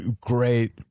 great